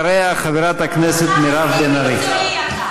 אחריה, חברת הכנסת מירב בן ארי.